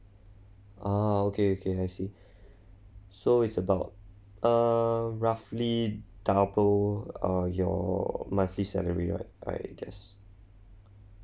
ah okay okay so is about uh roughly double uh your monthly salary right I guess